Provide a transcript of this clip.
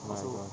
oh my god